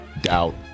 doubt